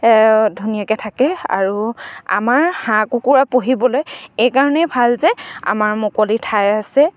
ধুনীয়াকে থাকে আৰু আমাৰ হাঁহ কুকুৰা পুহিবলৈ এইকাৰণেই ভাল যে আমাৰ মুকলি ঠাই আছে